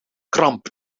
kramp